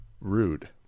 rude